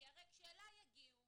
כשאליי הגיעו